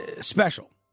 special